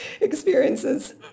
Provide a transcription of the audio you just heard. experiences